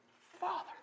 Father